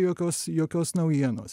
jokios jokios naujienos